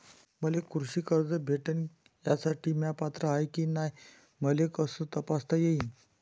मले कृषी कर्ज भेटन यासाठी म्या पात्र हाय की नाय मले कस तपासता येईन?